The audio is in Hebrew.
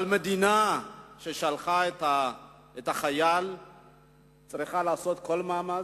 אבל, המדינה ששלחה את החייל צריכה לעשות כל מאמץ.